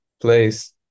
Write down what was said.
place